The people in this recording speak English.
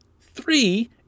Three